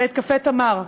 ואת "קפה תמר",